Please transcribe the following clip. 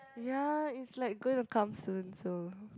ya it's like going to come soon so